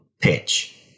pitch